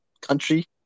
country